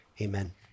Amen